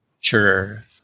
Sure